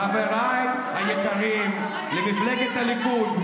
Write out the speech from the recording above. חבריי היקרים למפלגת הליכוד,